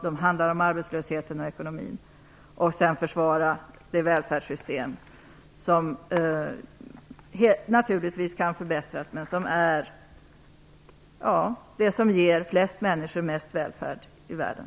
De handlar om arbetslösheten och ekonomin. Vi måste försvara det välfärdssystem som naturligtvis kan förbättras men är det som ger flest människor mest välfärd i världen.